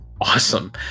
awesome